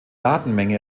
datenmenge